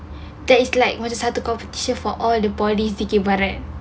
that is like ada satu compensate for all the poly dikir barat